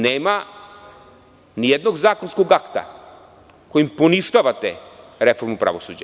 Nema nijednog zakonskog akta kojim poništavate reformu pravosuđa.